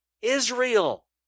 Israel